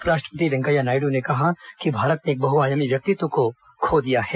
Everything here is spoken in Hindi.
उपराष्ट्रपति वैंकेंया नायड् ने कहा कि भारत ने एक बहआयामी व्यक्तित्व को खो दिया है